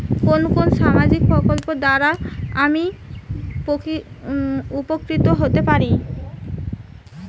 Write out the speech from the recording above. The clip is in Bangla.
কোন কোন সামাজিক প্রকল্প দ্বারা আমি উপকৃত হতে পারি?